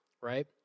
right